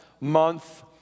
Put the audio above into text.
month